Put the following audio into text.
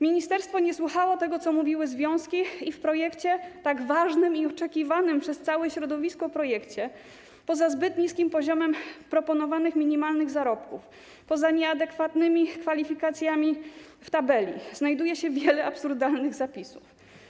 Ministerstwo nie słuchało tego, co mówiły związki, i w tak ważnym i oczekiwanym przez całe środowisko projekcie, obok zbyt niskiego poziomu proponowanych minimalnych zarobków i obok nieadekwatnych kwalifikacji w tabeli, znajduje się wiele absurdalnych zapisów.